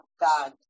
God